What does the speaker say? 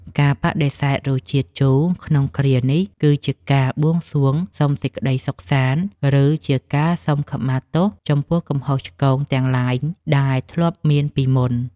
ការបដិសេធរសជាតិជូរក្នុងគ្រានេះគឺជាការបួងសួងសុំសេចក្តីសុខសាន្ត ឬ ជាការសុំខមាលទោសចំពោះកំហុសឆ្គងទាំងឡាយដែលធ្លាប់មានពីមុន។